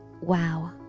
Wow